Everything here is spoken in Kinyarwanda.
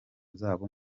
zabo